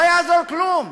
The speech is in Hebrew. לא יעזור כלום,